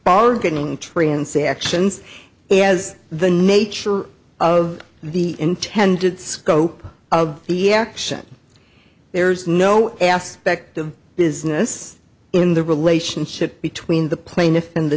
bargaining transactions as the nature of the intended scope of the action there's no aspect of business in the relationship between the plaintiff and the